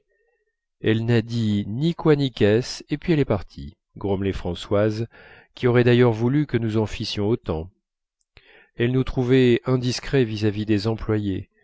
elle n'a dit ni quoi ni qu'est-ce et puis elle est partie grommelait françoise qui aurait d'ailleurs voulu que nous en fissions autant elle nous trouvait indiscrets vis-à-vis des employés